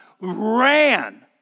ran